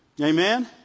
Amen